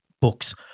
books